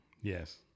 Yes